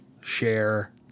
share